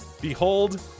Behold